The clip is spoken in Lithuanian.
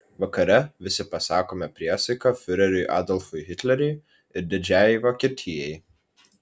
vakare visi pasakome priesaiką fiureriui adolfui hitleriui ir didžiajai vokietijai